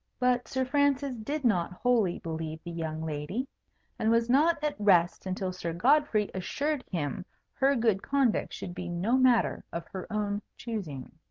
but sir francis did not wholly believe the young lady and was not at rest until sir godfrey assured him her good conduct should be no matter of her own choosing.